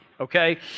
okay